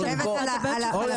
אני חושבת על האנשים.